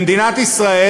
במדינת ישראל,